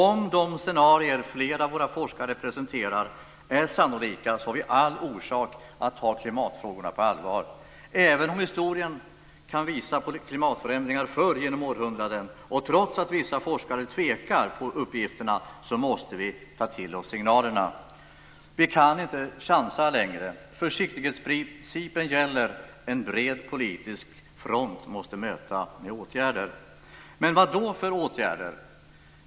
Om de scenarier som flera av våra forskare presenterar är sannolika så har vi all orsak att ta klimatfrågorna på allvar. Även om historien kan visa på klimatförändringar förr genom århundradena, och trots att vissa forskare tvekar om uppgifterna, måste vi ta till oss signalerna. Vi kan inte chansa längre. Försiktighetsprincipen gäller. En bred politisk front måste möta med åtgärder. Men vad då för åtgärder?